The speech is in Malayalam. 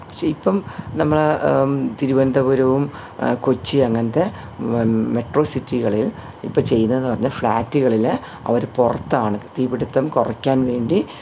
പക്ഷേ ഇപ്പം നമ്മൾ തിരുവനന്തപുരവും കൊച്ചി അങ്ങനത്തെ മ് മെട്രോ സിറ്റികളിൽ ഇപ്പം ചെയ്തതെന്ന് പറഞ്ഞാൽ ഫ്ലാറ്റുകളിൽ അവർ പുറത്താണ് തീപിടുത്തം കുറയ്ക്കാൻ വേണ്ടി